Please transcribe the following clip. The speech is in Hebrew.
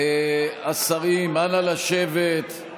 12 שנה הוא ראש ממשלה.